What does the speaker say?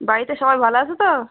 বাড়িতে সবাই ভালো আছে তো